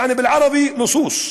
יעני בערבית: לֻס'וּס'.